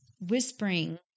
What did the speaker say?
whispering